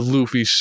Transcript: Luffy